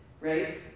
right